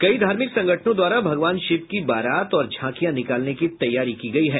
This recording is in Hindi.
कई धार्मिक संगठनों द्वारा भगवान शिव की बारात और झांकियां निकालने की तैयारी की गयी है